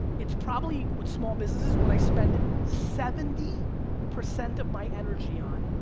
it's probably with small businesses what i spend seventy percent of my energy on,